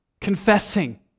confessing